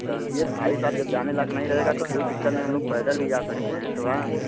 चलिए भाई साहब जब जाने लायक नहीं रहेगा तो कोई दिक्कत नहीं हम लोग पैदल भी जा सकते हैं तो आ